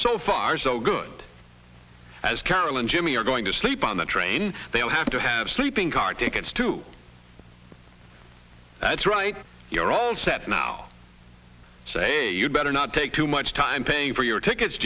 so far so good as carol and jimmy are going to sleep on the train they will have to have sleeping car tickets to that's right you're all set now say you better not take too much time paying for your tickets